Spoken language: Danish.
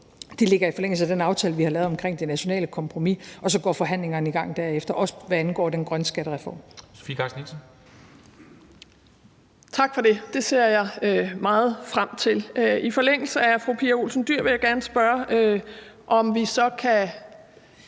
De ligger i forlængelse af den aftale, vi har lavet omkring det nationale kompromis, og så går forhandlingerne i gang derefter, også hvad angår den grønne skattereform.